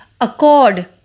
accord